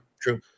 true